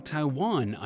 Taiwan